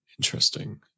Interesting